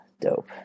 Dope